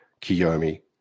Kiyomi